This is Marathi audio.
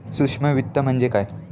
सूक्ष्म वित्त म्हणजे काय?